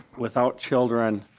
without children